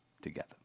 together